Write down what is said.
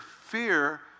fear